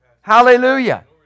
Hallelujah